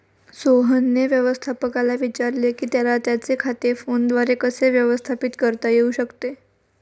सोहनने व्यवस्थापकाला विचारले की त्याला त्याचे खाते फोनद्वारे कसे व्यवस्थापित करता येऊ शकते